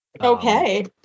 okay